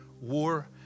war